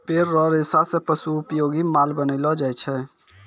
पेड़ रो रेशा से पशु उपयोगी माल बनैलो जाय छै